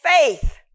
faith